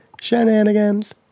shenanigans